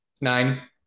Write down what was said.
Nine